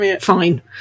fine